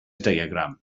diagram